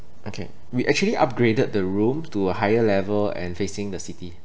okay we actually upgraded the room to a higher level and facing the city